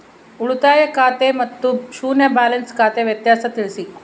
ಉಳಿತಾಯ ಖಾತೆ ಮತ್ತೆ ಶೂನ್ಯ ಬ್ಯಾಲೆನ್ಸ್ ಖಾತೆ ವ್ಯತ್ಯಾಸ ತಿಳಿಸಿ?